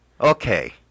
Okay